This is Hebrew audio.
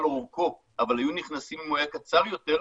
אורכו אבל היו נכנסים אם הוא היה קצר יותר,